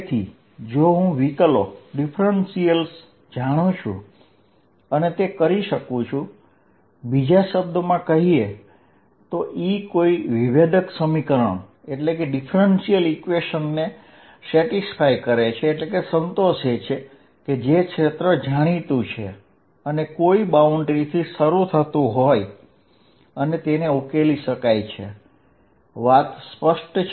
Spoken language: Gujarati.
તેથી જો હું વિકલો જાણું છું અને તે કરી શકું છું બીજા શબ્દોમાં કહીએ તો E કોઈ વિકલ સમીકરણ ને સંતોષે છે કે જે ક્ષેત્ર જાણીતું છે અને કોઈ બાઉન્ડ્રીથી શરૂ થતું હોય અને તેને ઉકેલી શકાય છે વાત સ્પષ્ટ છે